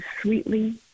sweetly